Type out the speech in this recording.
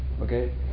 okay